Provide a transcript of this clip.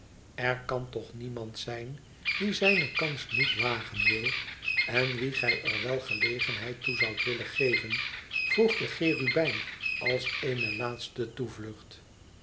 r kan toch niemand zijn die zijne kans niet wagen wil en wien gij er wel gelegenheid toe zoudt willen geven vroeg de cherubijn als eene laatste toevlucht